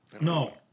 no